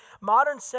Modern